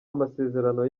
amasezerano